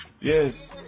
Yes